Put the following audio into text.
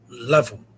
level